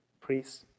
priests